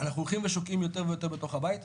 אנחנו הולכים ושוקעים יותר ויותר בתוך הבית.